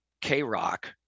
k-rock